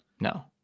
No